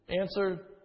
Answer